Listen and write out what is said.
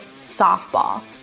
softball